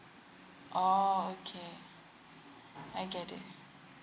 orh okay I get it